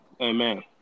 Amen